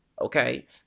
okay